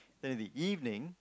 then in the evening